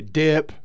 dip